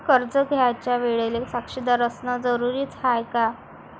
कर्ज घ्यायच्या वेळेले साक्षीदार असनं जरुरीच हाय का?